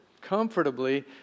comfortably